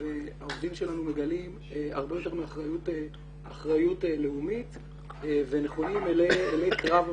והעובדים שלנו מגלים הרבה אחריות לאומית ונכונים אלי קרב,